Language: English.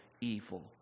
evil